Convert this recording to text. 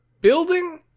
building